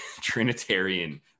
Trinitarian